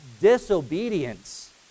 disobedience